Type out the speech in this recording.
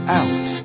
out